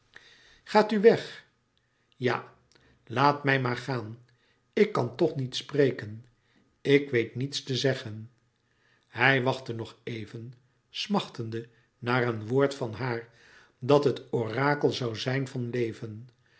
gaat u weg louis couperus metamorfoze ja laat mij maar gaan ik kan toch niet spreken ik weet niets te zeggen hij wachtte nog even smachtende naar een woord van haar dat het orakel zoû zijn van leven